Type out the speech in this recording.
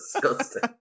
disgusting